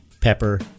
pepper